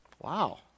Wow